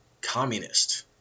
communist